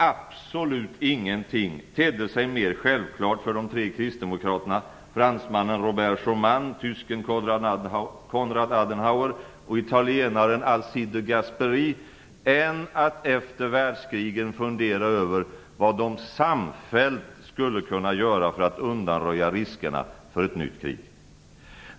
Absolut ingenting tedde sig mer självklart för de tre kristdemokraterna, fransmannen Robert Schumann, tysken Konrad Adenauer och italienaren Alcide de Gasperi, än att efter världskrigen fundera över vad de samfällt skulle kunna göra för att undanröja riskerna för ett nytt krig.